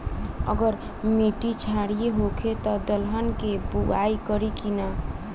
अगर मिट्टी क्षारीय होखे त दलहन के बुआई करी की न?